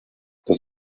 das